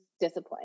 discipline